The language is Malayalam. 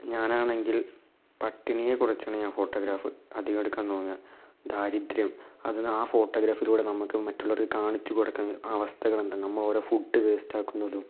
ഞാനാണെങ്കിൽ പട്ടിണിയെ കുറിച്ചാണ് ഞാൻ ഫോട്ടോഗ്രാഫ് അധികം എടുക്കാൻ തോന്നുന്നത് ദാരിദ്ര്യം അതിനെ ആ ഫോട്ടോഗ്രാഫിലൂടെ നമുക്ക് മറ്റുള്ളവരെ കാണിച്ച് കൊടുത്ത് ആ അവസ്ഥകളെന്തെന്ന് നമ്മള് ഓരോ ഫുഡ് വേസ്റ്റ് ആക്കുന്നതും